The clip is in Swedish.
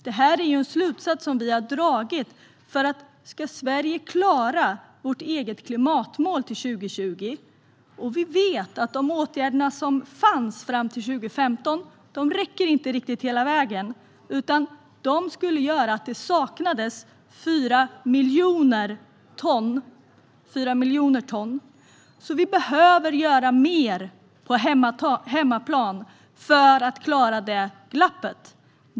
Det här är en slutsats som vi har dragit; om Sverige ska klara sitt eget klimatmål till 2020 vet vi att de åtgärder som fanns fram till 2015 inte riktigt räcker hela vägen utan skulle göra att det saknades 4 miljoner ton. Vi behöver göra mer på hemmaplan för att klara det glappet.